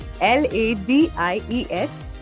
L-A-D-I-E-S